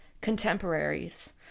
contemporaries